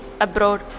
abroad